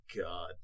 God